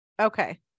Okay